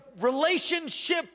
relationship